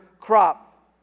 crop